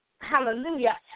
Hallelujah